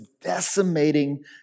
decimating